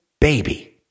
baby